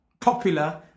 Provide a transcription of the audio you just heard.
popular